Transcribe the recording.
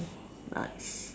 nice